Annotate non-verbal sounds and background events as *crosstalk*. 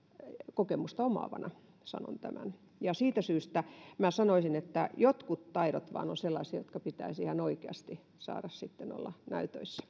kokemusta omaavana sanon tämän ja siitä syystä minä sanoisin että jotkut taidot vain ovat sellaisia joiden pitäisi ihan oikeasti saada olla näytöissä *unintelligible*